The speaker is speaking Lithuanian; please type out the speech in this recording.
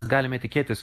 galime tikėtis